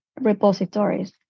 repositories